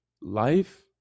life